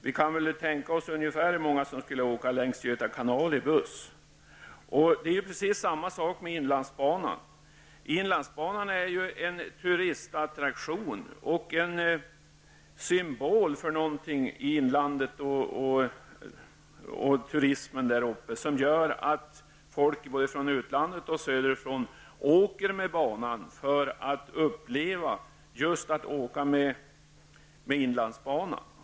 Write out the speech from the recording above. Vi kan väl tänka oss hur många som skulle åka längs Göta Kanal i buss. Det är precis samma sak med inlandsbanan. Det är ju en turistattraktion och en symbol för inlandet och för turismen där uppe som gör att folk både från utlandet och från de södra delarna av vårt land åker banan för att uppleva just att åka med inlandsbanan.